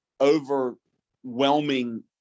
overwhelming